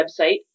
website